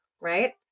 Right